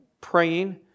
praying